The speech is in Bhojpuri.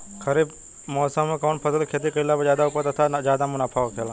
खरीफ़ मौसम में कउन फसल के खेती कइला पर ज्यादा उपज तथा ज्यादा मुनाफा होखेला?